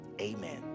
amen